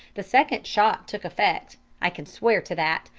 the second shot took effect i can swear to that,